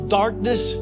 darkness